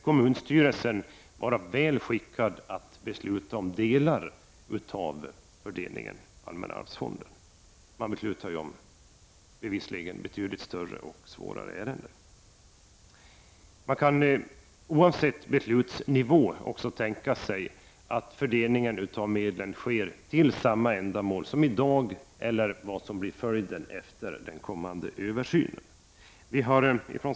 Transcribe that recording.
Kommunstyrelsen bör vara väl skickad att fatta beslut om delar av fördelningen av medel från allmänna arvsfonden. Den fattar bevisligen beslut om både större och svårare ärenden. Man kan oavsett beslutsnivå också tänka sig att fördelningen av medel sker till samma ändamål som i dag eller till ändamål som blir aktuella efter översynen.